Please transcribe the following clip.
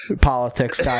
politics